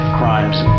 crimes